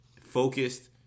focused